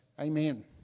Amen